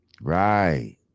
Right